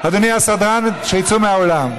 אדוני הסדרן, שיצאו מהאולם.